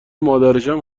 مادرشم